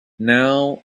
now